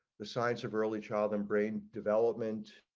the signs of early child um brain development.